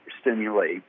stimulate